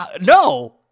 No